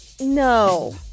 no